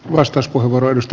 arvoisa puhemies